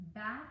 back